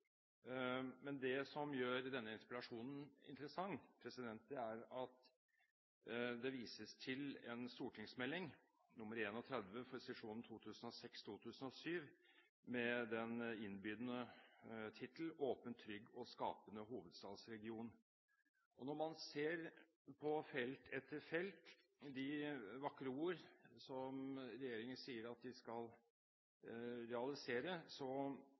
men det som gjør denne interpellasjonen interessant, er at det vises til en stortingsmelding, St.meld. nr. 31 for sesjonen 2006–2007, med den innbydende tittel: Åpen, trygg og skapende hovedstadsregion. Når man ser på felt etter felt de vakre ord som regjeringen sier at den skal realisere,